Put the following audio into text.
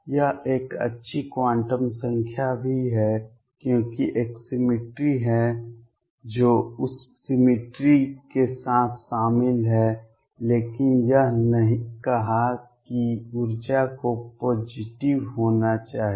यह एक अच्छी क्वांटम संख्या भी है क्योंकि एक सिमिट्री है जो उस सिमिट्री के साथ शामिल है लेकिन यह नहीं कहा कि ऊर्जा को पॉजिटिव होना चाहिए